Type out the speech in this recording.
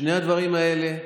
שני הדברים האלה,